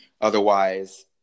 Otherwise